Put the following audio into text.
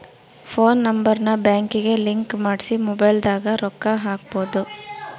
phone number ನ ಬ್ಯಾಂಕಿಗೆ link ಮಾಡ್ಸಿ ಮೊಬೈಲದಾಗ ರೊಕ್ಕ ಹಕ್ಬೊದು